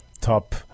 top